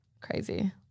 crazy